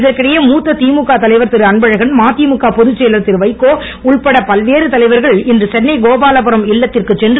இதற்கிடையே மூத்த திமுக தலைவர் திருஅன்பழகன் மதிமுக பொதுச்செயலர் திருவைகோ உட்பட பல்வேறு தலைவர்கள் இன்று சென்னை கோபாலபுரம் இல்லத்திற்குச் சென்று